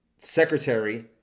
Secretary